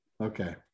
okay